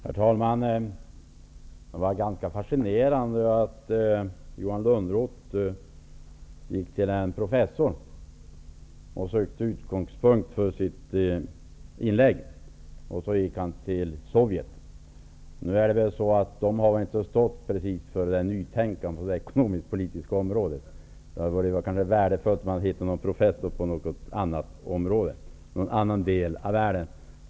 Herr talman! Det var ganska fascinerande att Johan Lönnroth tog till en professor för att finna en utgångspunkt för sitt inlägg, och att han tog till Sovjet. Där har man väl inte precis stått för något nytänkande inom det ekonomisk-politiska området. Det kanske hade varit värdefullt om han hittat en professor i någon annan del av världen.